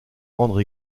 rendre